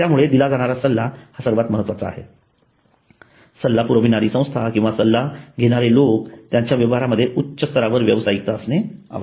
त्यामुळे दिला जाणारा सल्ला हा सर्वात महत्वाचा आहे आणि सल्लापुरविणारी संस्था किंवा सल्ला घेणारे लोक त्यांच्या व्यवहारामध्ये उच्च स्तरावर व्यावसायिकता असणे आवश्यक आहे